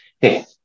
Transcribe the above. hey